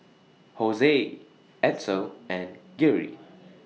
Hosea Edsel and Geary